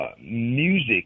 music